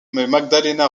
magdalena